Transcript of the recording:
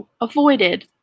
avoided